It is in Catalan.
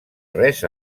res